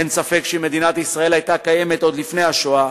אין ספק שאם מדינת ישראל היתה קיימת עוד לפני השואה,